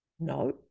No